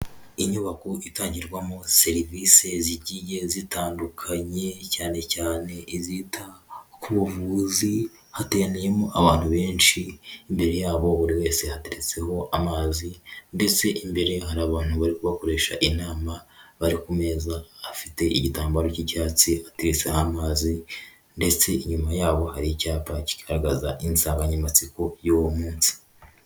Inyubako itangirwamo serivisi zigiye zitandukanye, cyane cyane izita ku buvuzi hateraniyemo abantu benshi. Imbere yabo buri wese ateretseho amazi, ndetse imbere hari abantu bari bakoresha inama bari ku meza afite igitambaro cy'icyatsi ateretseho amazi, ndetse inyuma yabo hari icyapa kigaragaza insanganyamatsiko y'uwo munsi.